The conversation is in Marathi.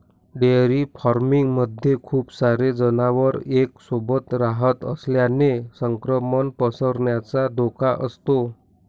डेअरी फार्मिंग मध्ये खूप सारे जनावर एक सोबत रहात असल्याने संक्रमण पसरण्याचा धोका असतो